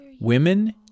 women